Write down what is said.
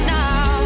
now